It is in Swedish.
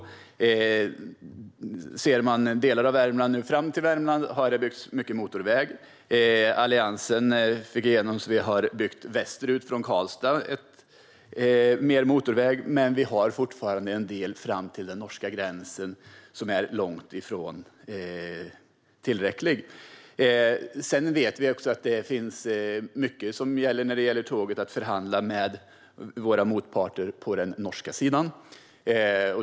Om man tittar på delar av Värmland ser man att det har det byggts mycket motorväg fram till Värmland. Alliansen fick igenom så att vi har byggt mer motorväg västerut från Karlstad, men vi har fortfarande en del fram till den norska gränsen som är långt ifrån tillräcklig. Vi vet att det, när det gäller tåget, finns mycket att förhandla om med våra motparter på den norska sidan.